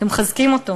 אתם מחזקים אותו,